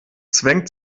zwängt